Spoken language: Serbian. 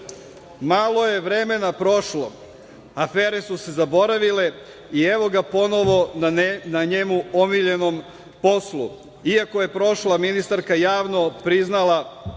Malo je vremena prošlo, afere su se zaboravile i evo ga ponovo na njemu omiljenom poslu, iako je prošla ministarka javno priznala